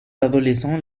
adolescents